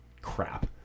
crap